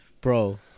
Bro